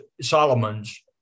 Solomon's